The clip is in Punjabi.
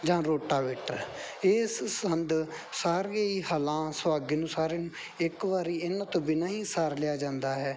ਜਾਂ ਰੋਟਾਵੇਟਰ ਇਸ ਸੰਦ ਸਾਰੀਆਂ ਹੀ ਹਲਾਂ ਸੁਹਾਗੇ ਨੂੰ ਸਾਰੇ ਨੂੰ ਇੱਕ ਵਾਰੀ ਇਹਨਾਂ ਤੋਂ ਬਿਨਾਂ ਹੀ ਸਾਰ ਲਿਆ ਜਾਂਦਾ ਹੈ